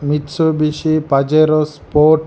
Mitsubishi Pajero sport